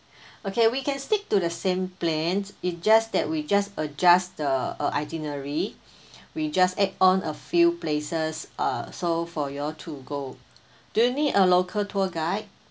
okay we can stick to the same plans it's just that we just adjust the uh itinerary we just add on a few places uh so for you all to go do you need a local tour guide